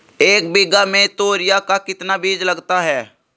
एक बीघा में तोरियां का कितना बीज लगता है?